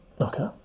Okay